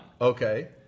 Okay